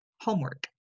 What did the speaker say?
homework